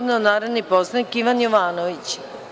narodni poslanik Ivan Jovanović.